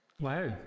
Wow